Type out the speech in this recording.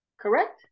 Correct